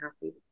happy